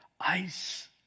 Ice